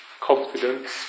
confidence